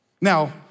Now